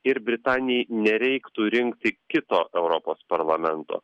ir britanijai nereiktų rinkti kito europos parlamento